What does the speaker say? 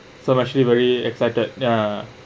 so I'm actually very excited ya